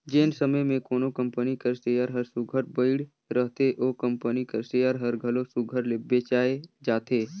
जेन समे में कोनो कंपनी कर सेयर हर सुग्घर बइढ़ रहथे ओ कंपनी कर सेयर हर घलो सुघर ले बेंचाए जाथे